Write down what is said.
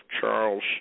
Charles